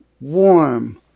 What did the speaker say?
warm